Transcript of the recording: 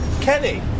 Kenny